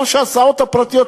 ההסעות הפרטיות,